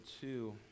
two